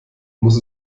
muss